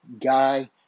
guy